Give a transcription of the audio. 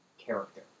character